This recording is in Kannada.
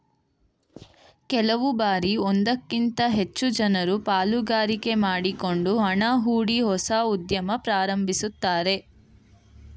ಕೆಲವು ಬಾರಿ ಒಂದಕ್ಕಿಂತ ಹೆಚ್ಚು ಜನರು ಪಾಲುಗಾರಿಕೆ ಮಾಡಿಕೊಂಡು ಹಣ ಹೂಡಿ ಹೊಸ ಉದ್ಯಮ ಪ್ರಾರಂಭಿಸುತ್ತಾರೆ